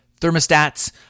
thermostats